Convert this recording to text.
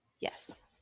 Yes